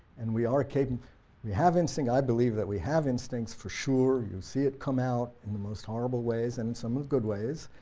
and we are capable we have instinct, i believe that we have instincts for sure, you'll see it come out in the most horrible ways and in some good ways,